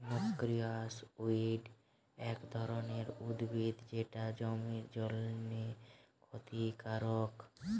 noxious weed এক ধরণের উদ্ভিদ যেটা জমির জন্যে ক্ষতিকারক